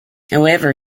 however